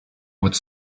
would